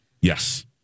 Yes